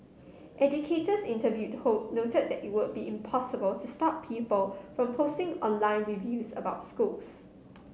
educators interviewed noted that it would be impossible to stop people from posting online reviews about schools